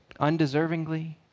Undeservingly